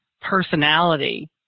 personality